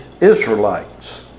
Israelites